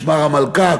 משמר המלכה,